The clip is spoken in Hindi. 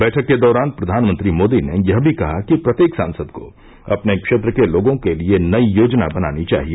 बैठक के दौरान प्रधान मंत्री मोदी ने यह भी कहा कि प्रत्येक सांसद को अपने क्षेत्र के लोगों के लिए नई योजना बनानी चाहिए